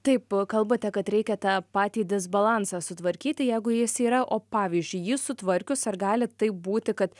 taip kalbate kad reikia tą patį disbalansą sutvarkyti jeigu jis yra o pavyzdžiui jį sutvarkius ar gali taip būti kad